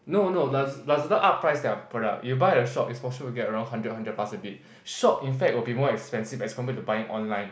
no no Laz~ Lazada up price their product you buy at a shop is for sure get around hundred or hundred plus a bit shop in fact will be more expensive as compared to buying online